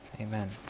Amen